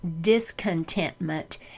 discontentment